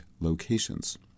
locations